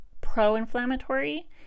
pro-inflammatory